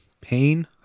pain